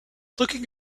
looking